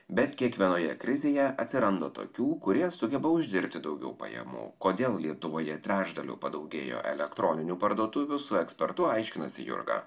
bet kiekvienoje krizėje atsiranda tokių kurie sugeba uždirbti daugiau pajamų kodėl lietuvoje trečdaliu padaugėjo elektroninių parduotuvių su ekspertu aiškinasi jurga